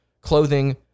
clothing